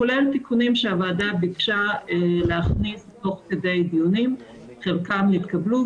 כולל תיקונים שהוועדה ביקשה להכניס תוך כדי דיונים - חלקם התקבלו,